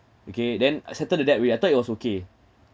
okay then uh settle the debt we I thought it was okay